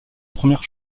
première